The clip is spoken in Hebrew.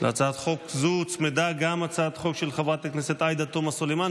להצעת חוק זו הוצמדה הצעת חוק של חברת הכנסת עאידה תומא סלימאן,